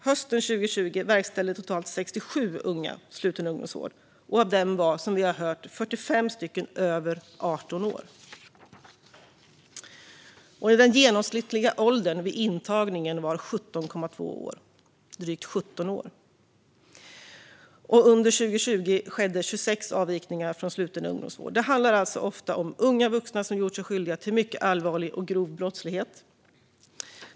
Hösten 2020 verkställdes sluten ungdomsvård för totalt 67 unga, och av dem var, som vi har hört, 45 stycken över 18 år. Den genomsnittliga åldern vid intagningen var 17,2 år. Under 2020 skedde 26 avvikningar från sluten ungdomsvård. Det handlar alltså ofta om unga vuxna som gjort sig skyldiga till mycket allvarlig och grov brottslighet.